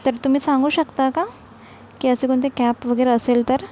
तर तुम्ही सांगू शकता का की असे कोणते कॅब वगैरे असेल तर